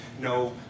no